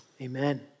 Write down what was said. Amen